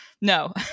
no